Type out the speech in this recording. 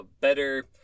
better